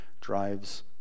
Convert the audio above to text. drives